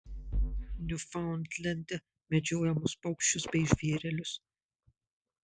niufaundlende medžiojamus paukščius bei žvėrelius